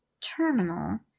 terminal